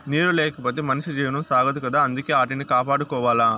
నీరు లేకపోతె మనిషి జీవనం సాగదు కదా అందుకే ఆటిని కాపాడుకోవాల